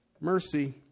mercy